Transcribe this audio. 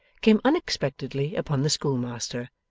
came unexpectedly upon the schoolmaster,